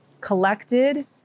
collected